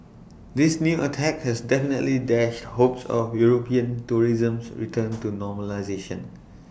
this new attack has definitely dashed hopes of european tourism's return to normalisation